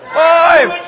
five